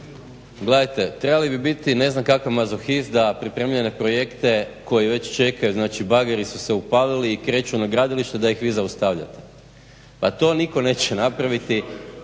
Gledajte trebali bi biti ne znam kakav mazohist da pripremljene projekte koji već čekaju, znači bageri su se upalili i kreću na gradilište da ih vi zaustavljate. Pa to nitko neće napraviti